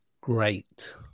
great